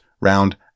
round